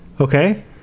okay